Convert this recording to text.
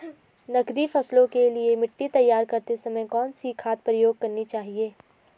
नकदी फसलों के लिए मिट्टी तैयार करते समय कौन सी खाद प्रयोग करनी चाहिए?